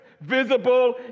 visible